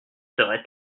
serait